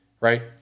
Right